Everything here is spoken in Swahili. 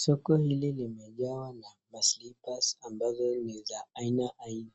Soko hili limejaa na maslippers ambazo ni za aina aina,